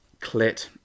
Clit